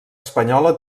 espanyola